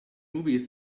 movie